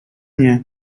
nie